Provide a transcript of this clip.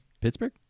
Pittsburgh